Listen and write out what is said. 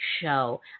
show